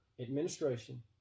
administration